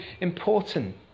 important